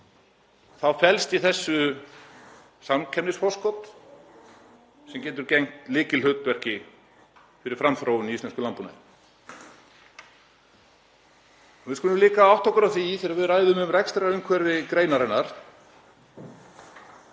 þá felst í þessu samkeppnisforskot sem getur gegnt lykilhlutverki fyrir framþróun í íslenskum landbúnaði. Við skulum líka átta okkur á því þegar við ræðum um rekstrarumhverfi greinarinnar